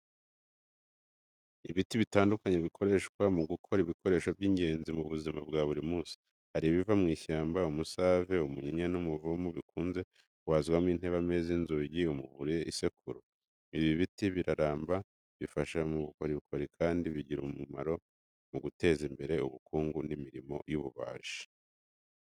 Ibiti bitandukanye bikoreshwa mu gukora ibikoresho by’ingenzi mu buzima bwa buri munsi. Hari ibiva mu ishyamba, umusave, umunyinya, n’umuvumu bikunze kubazwamo intebe, ameza, inzugi, umuvure n’isekuru. Ibi biti biraramba, bifasha mu bukorikori, kandi bigira umumaro mu guteza imbere ubukungu n’imirimo y’ububaji.